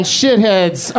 shitheads